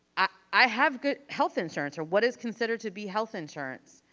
i have good health insurance or what is considered to be health insurance,